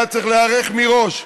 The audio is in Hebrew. היה צריך להיערך מראש.